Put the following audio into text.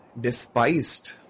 despised